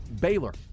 Baylor